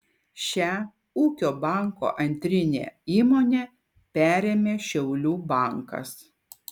šią ūkio banko antrinę įmonę perėmė šiaulių bankas